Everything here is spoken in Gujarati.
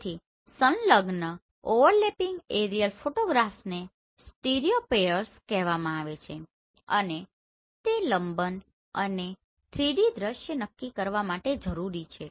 તેથી સંલગ્ન ઓવરલેપિંગ એરિયલ ફોટોગ્રાફ્સને સ્ટીરિયોપેઅર્સ કહેવામાં આવે છે અને તે લંબન અને 3D દૃશ્ય નક્કી કરવા માટે જરૂરી છે